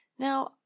Now